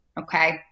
Okay